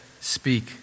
Speak